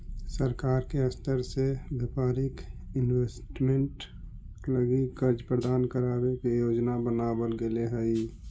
सरकार के स्तर से व्यापारिक इन्वेस्टमेंट लगी कर्ज प्रदान करावे के योजना बनावल गेले हई